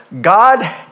God